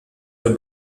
für